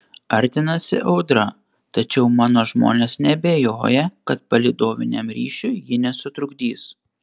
artinasi audra tačiau mano žmonės neabejoja kad palydoviniam ryšiui ji nesutrukdys